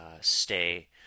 stay